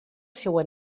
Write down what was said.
seua